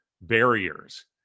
barriers